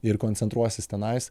ir koncentruosis tenais